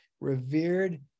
revered